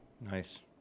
Nice